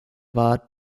war